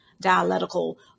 dialectical